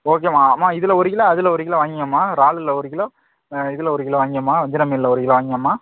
ஓகேம்மா அம்மா இதில் ஒரு கிலோ அதில் ஒரு கிலோ வாங்கிங்கோங்கமா ராலில் ஒரு கிலோ இதில் ஒரு கிலோ வாங்கிங்கோங்கமா வஞ்சர மீனில் ஒரு கிலோ வாங்கிங்கோங்கமா